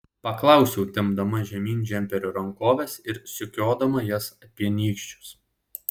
paklausiau tempdama žemyn džemperio rankoves ir sukiodama jas apie nykščius